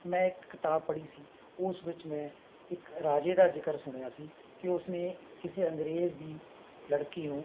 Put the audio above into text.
ਮੈਂ ਇੱਕ ਕਿਤਾਬ ਪੜ੍ਹੀ ਸੀ ਉਸ ਵਿੱਚ ਮੈਂ ਇੱਕ ਰਾਜੇ ਦਾ ਜ਼ਿਕਰ ਸੁਣਿਆ ਸੀ ਕਿ ਉਸ ਨੇ ਕਿਸੇ ਅੰਗਰੇਜ਼ ਦੀ ਲੜਕੀ ਨੂੰ